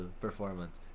performance